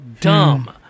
dumb